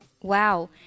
Wow